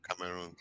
Cameroon